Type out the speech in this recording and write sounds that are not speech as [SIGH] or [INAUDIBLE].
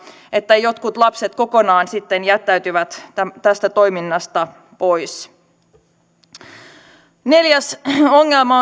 että jotkut lapset kokonaan sitten jättäytyvät tästä toiminnasta pois neljäs ongelma [UNINTELLIGIBLE]